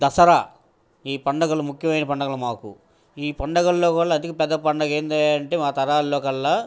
దసరా ఈ పండగలు ముఖ్యమైన పండగలు మాకు ఈ పండగల్లోకల్లా అతి పెద్ద పండగ ఏంటంటే మా తరాల్లో కల్లా